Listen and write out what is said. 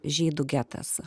žydų getas